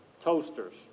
toasters